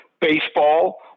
Baseball